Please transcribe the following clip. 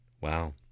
Wow